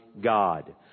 God